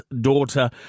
daughter